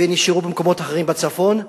ונשארו במקומות אחרים בצפון.